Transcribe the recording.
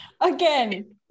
Again